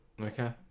Okay